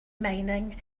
mining